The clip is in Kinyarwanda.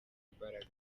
imbaraga